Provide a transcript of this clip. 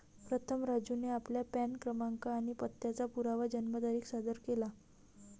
प्रथम राजूने आपला पॅन क्रमांक आणि पत्त्याचा पुरावा जन्मतारीख सादर केला